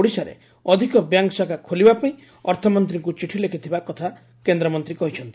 ଓଡ଼ିଶାରେ ଅଧିକ ବ୍ୟାଙ୍କ୍ ଶାଖା ଖୋଲିବାପାଇଁ ଅର୍ଥମନ୍ତୀଙ୍କୁ ଚିଠି ଲେଖିଥିବା କେନ୍ରମନ୍ତୀ କହିଛନ୍ତି